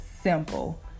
simple